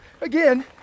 again